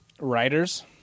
Writers